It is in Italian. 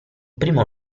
primo